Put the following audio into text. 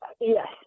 Yes